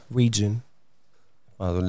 region